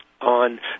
on